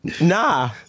Nah